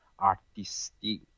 artistic